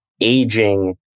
aging